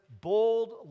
bold